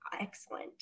Excellent